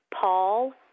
Paul